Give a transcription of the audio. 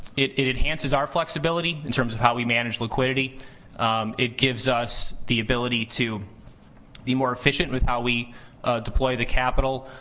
it it enhances our flexibility in terms of how we manage liquidity it gives us the ability to be more efficient with how we deploy the capital